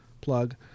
plug